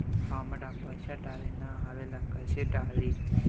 हमरा पईसा डाले ना आवेला कइसे डाली?